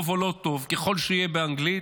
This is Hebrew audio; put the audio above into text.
טוב או לא טוב ככל שיהיה באנגלית,